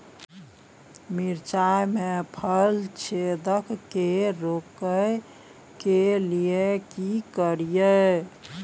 मिर्चाय मे फल छेदक के रोकय के लिये की करियै?